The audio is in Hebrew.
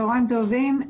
צוהריים טובים.